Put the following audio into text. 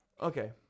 Okay